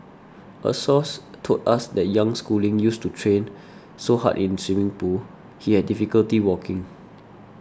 a source told us that young schooling used to train so hard in swimming pool he had difficulty walking